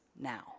now